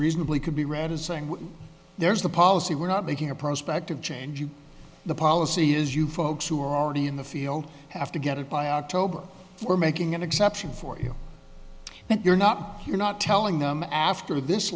reasonably could be read as saying there's the policy we're not making a prospective change the policy is you folks who are already in the field have to get it by october we're making an exception for you but you're not you're not telling them after this